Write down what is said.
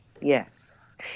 Yes